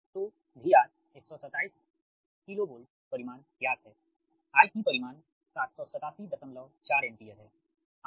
तो VR 127 KV परिमाण ज्ञात है I की परिमाण 7874 एम्पीयरहै